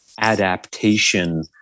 adaptation